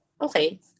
Okay